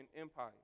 Empire